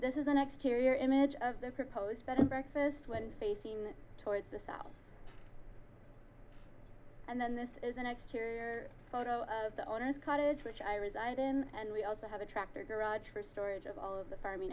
this is an exterior image of their proposed better breakfast when facing towards the south and then this is an exterior photo of the owner's cottage which i reside in and we also have a tractor garage for storage of all of the farming